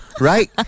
right